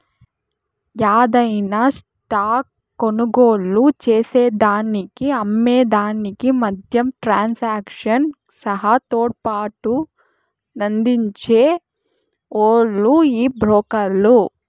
యాదైన స్టాక్ కొనుగోలు చేసేదానికి అమ్మే దానికి మద్యం ట్రాన్సాక్షన్ సహా తోడ్పాటునందించే ఓల్లు ఈ బ్రోకర్లు